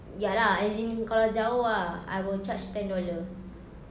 ya lah as in kalau jauh ah I will charge ten dollar